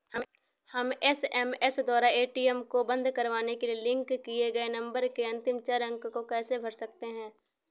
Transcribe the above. हम एस.एम.एस द्वारा ए.टी.एम को बंद करवाने के लिए लिंक किए गए नंबर के अंतिम चार अंक को कैसे भर सकते हैं?